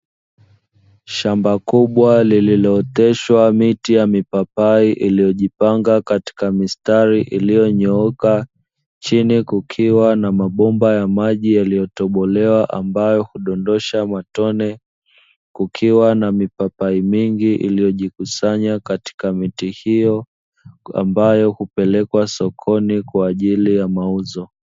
Shamba kubwa lililooteshwa miti ya mipapai, iliyojipanga katika mistari iliyonyooka, chini kukiwa na mabomba ya maji yaliyotobolea ambayo hudondosha matone, kukiwa na mipapai mingi iliyojikusanya katika miti hiyo, ambayo hupelekwa sokoni kwa ajili ya mauzo.